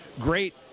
great